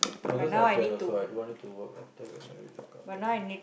ya that's my plan also I don't her to work after get married that kind of thing